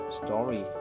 story